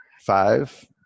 five